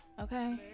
okay